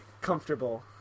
comfortable